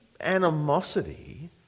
animosity